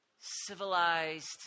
civilized